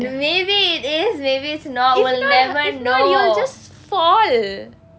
maybe it is maybe it's not we'll never know